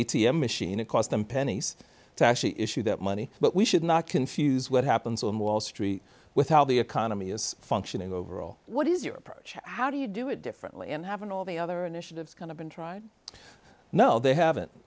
m machine it costs them pennies to actually issue that money but we should not confuse what happens on wall street with how the economy is functioning overall what is your approach how do you do it differently and have in all the other initiatives kind of been tried no they haven't